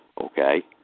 okay